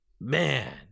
man